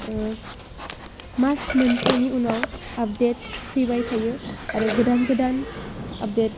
मास मोनसेनि उनाव आपडेट फैबाय थायो आरो गोदान गोदान आपडेट